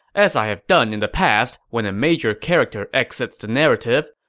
as i have done in the past when a major character exits the narrative,